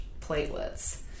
platelets